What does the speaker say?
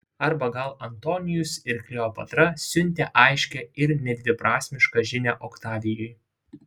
arba gal antonijus ir kleopatra siuntė aiškią ir nedviprasmišką žinią oktavijui